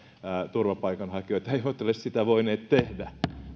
turvapaikanhakijoita eivät ole sitä voineet tehdä